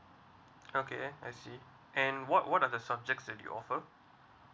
okay I see and what what are the subjects that you offer